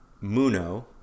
Muno